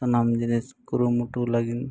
ᱥᱟᱱᱟᱢ ᱡᱤᱱᱤᱥ ᱠᱩᱨᱩᱢᱩᱴᱩ ᱞᱟᱹᱜᱤᱫ